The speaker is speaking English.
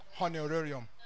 honorarium